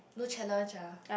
no challenge ah